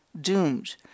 doomed